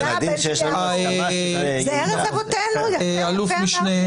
זאת ארץ אבותינו, יפה אמרת מוסי.